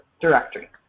directory